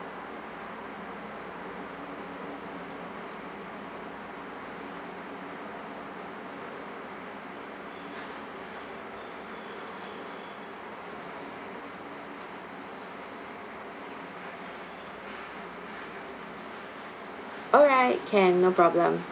alright can no problem